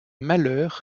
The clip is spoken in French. malheur